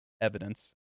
evidence